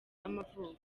y’amavuko